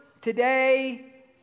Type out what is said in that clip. today